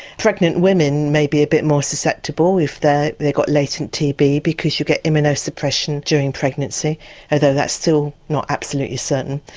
pregnant women may be a bit more susceptible if they've got latent tb because you've get immuno suppression during pregnancy although that's still not absolutely certain.